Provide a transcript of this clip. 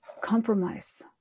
compromise